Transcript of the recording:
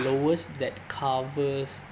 lowest that covers